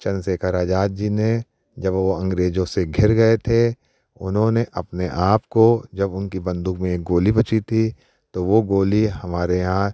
चंद्र शेखर अजाद जी ने जब ओ वो अंग्रेजों से घिर गए थे उन्होंने अपने आप को जब उनकी बंदूक में एक गोली बची थी तो वो गोली हमारे यहाँ